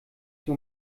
sie